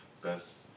Best